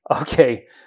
Okay